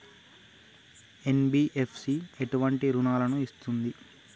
NBFC ఎటువంటి రుణాలను ఇస్తుంది?